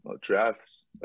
drafts